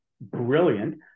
brilliant